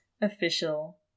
official